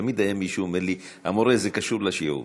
תמיד היה מישהו אומר לי: המורה, זה קשור לשיעור.